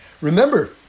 Remember